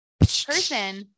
Person